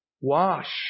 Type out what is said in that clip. Wash